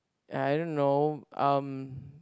I don't know um